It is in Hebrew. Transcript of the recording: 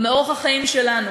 מאורח החיים שלנו.